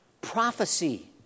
prophecy